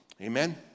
Amen